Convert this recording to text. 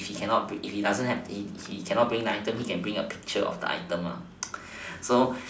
if he cannot bring the item he can bring a picture of the item